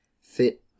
fit